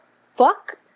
fuck